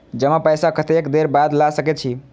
जमा पैसा कतेक देर बाद ला सके छी?